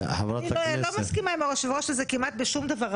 חברת הכנסת - אני לא מסכימה עם היושב ראש כמעט בשום דבר,